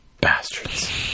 bastards